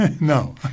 No